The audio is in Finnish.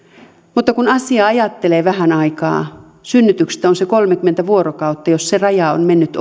mutta kun asiaa ajattelee vähän aikaa synnytyksestä on se kolmekymmentä vuorokautta ja jos se raja on mennyt